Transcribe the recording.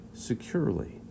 Securely